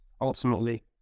ultimately